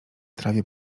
trawie